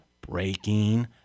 Breaking